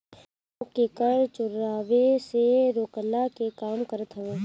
लोग के कर चोरावे से रोकला के काम करत हवे